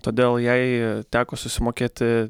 todėl jai teko susimokėti